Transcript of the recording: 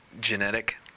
genetic